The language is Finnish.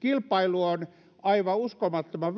kilpailu on aivan uskomattoman